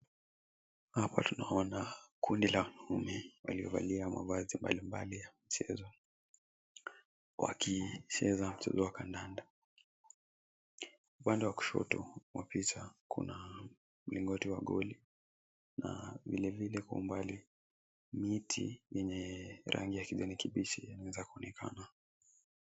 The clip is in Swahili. Hapa tunaona kundi la wanaume waliovalia mavazi mbalimbali ya michezo wakicheza mpira wa kandanda. Upande wa kushoto wa picha kuna mlingoti wa goli na vilevile kwa umbali miti yenye rangi ya kijani kibichi inaweza kuonekana.